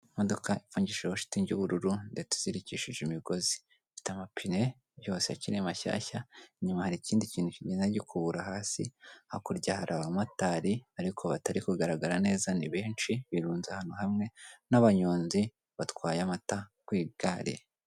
Imodoka ifungishije shitingi y'ubururu ndetse izirikishije imigozi, ifite amapine yose akiri mashyashya, inyuma hari ikindi kintu kigenda gikubura hasi, hakurya hari abamotari ariko batari kugaragara neza, ni benshi, birunze ahantu hamwe n'abanyonzi batwaye amata ku igare.